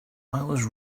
was